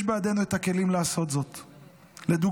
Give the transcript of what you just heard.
יש בידינו את הכלים לעשות זאת, לדוגמה,